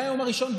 מהיום הראשון,